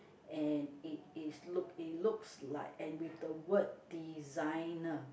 and it is look it looks like and with the word designer